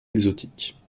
exotiques